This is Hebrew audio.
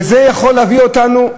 וזה יכול להביא אותנו,